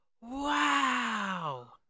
wow